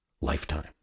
lifetime